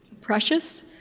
precious